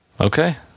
okay